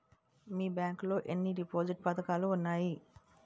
మీ bank లో ఎన్ని deposit పథకాలు ఉన్నాయి?